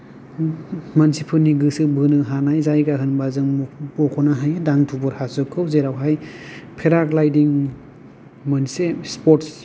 मानसिफोरनि गोसो बोनो हानाय जायगा होनोब्ला जों मखनो हायो दांदुफुर हाजोखौ जेरावहाय फेराग्लायडिं मोनसे स्पर्ट्स